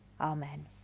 Amen